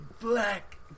black